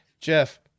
Jeff